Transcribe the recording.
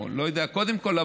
אני לא יודע אם קודם כול,